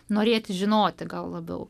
norėti žinoti gal labiau